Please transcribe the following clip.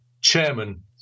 chairman